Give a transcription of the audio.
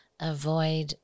avoid